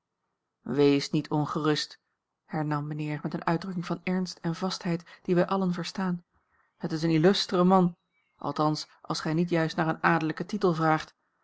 wees niet ongerust hernam mijnheer met eene uitdrukking van ernst en vastheid die wij allen verstaan het is een illustre man althans als gij niet juist naar een adellijken titel vraagt